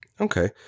Okay